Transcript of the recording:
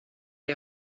est